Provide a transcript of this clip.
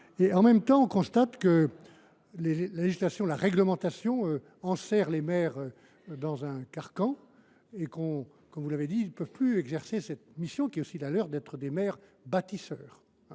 En même temps, on constate que la législation, la réglementation, enserre les maires dans un carcan. Or ceux ci doivent pouvoir exercer leur mission, qui est aussi d’être des maires bâtisseurs,